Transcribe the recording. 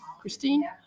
Christine